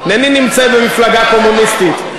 אינני נמצא במפלגה קומוניסטית.